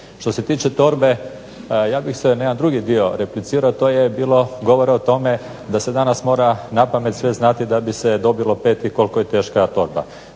Što se tiče torbe ja bih se na jedan drugi dio replicirao. To je bilo govora o tome da se danas mora napamet sve znati da bi se dobilo 5 i koliko je teška torba.